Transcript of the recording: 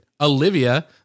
Olivia